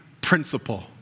principle